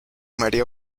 maría